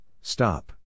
stop